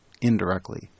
indirectly